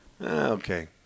Okay